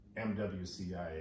MWCIA